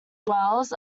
wells